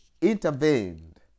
intervened